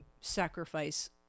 sacrifice